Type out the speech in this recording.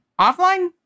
offline